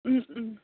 Om Om